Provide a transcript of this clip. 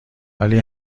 ولی